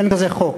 אין כזה חוק.